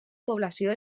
població